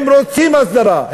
הם רוצים הסדרה.